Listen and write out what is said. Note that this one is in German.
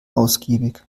ausgiebig